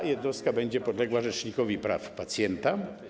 Ta jednostka będzie podlegała rzecznikowi praw pacjenta.